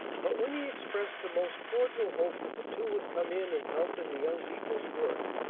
but, when he expressed a most cordial hope that the two would come in and help in the young people's work,